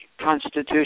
Constitution